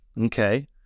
okay